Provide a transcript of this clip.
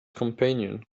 companion